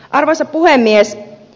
arvoisa puhemies